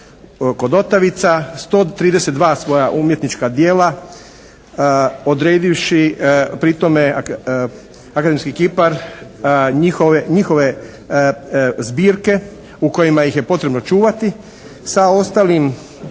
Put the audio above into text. kod Otavica, 132 svoja umjetnička djela, odredivši pri tome akademski kipar njihove zbirke u kojima ih je potrebno čuvati sa ostalim